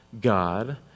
God